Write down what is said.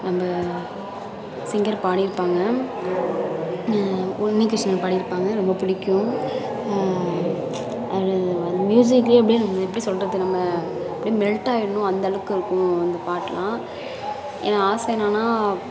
நம்ப சிங்கர் பாடியிருப்பாங்க உன்னிக்கிருஷ்ணன் பாடியிருப்பாங்க ரொம்ப பிடிக்கும் அதில் அந்த மியூசிக்லையே அப்படியே எப்படி சொல்வது நம்ம அப்படியே மெல்ட் ஆயிடணும் அந்தளவுக்கு இருக்கும் இந்த பாட்டெலாம் என் ஆசை என்னானால்